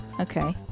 Okay